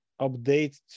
update